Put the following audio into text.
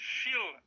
feel